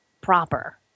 proper